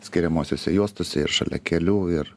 skiriamosiose juostose ir šalia kelių ir